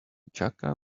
jaka